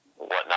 whatnot